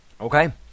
okay